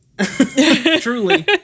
Truly